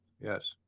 Yes